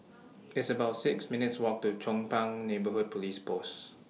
It's about six minutes' Walk to Chong Pang Neighbourhood Police Post